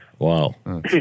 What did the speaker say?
Wow